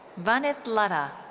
vandit ladha.